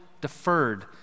deferred